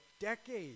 decades